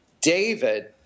David